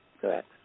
Correct